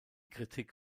kritik